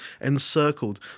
encircled